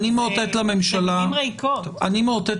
אלה מילים ריקות.